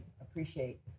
appreciate